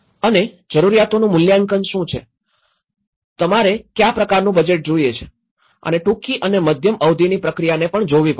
અને જરૂરિયાતોનું મૂલ્યાંકન શું છે તમારે કયા પ્રકારનું બજેટ જોઈએ છે અને ટૂંકી અને મધ્યમ અવધિની પ્રક્રિયાને પણ જોવી પડશે